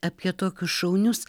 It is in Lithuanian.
apie tokius šaunius